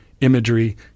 imagery